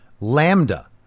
Lambda